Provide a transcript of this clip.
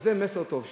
וזה מסר טוב.